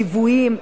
ליוויים.